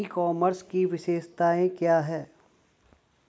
ई commerce की विशेषताएं क्या हैं?